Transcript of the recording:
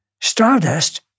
Stardust